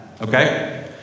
Okay